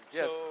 yes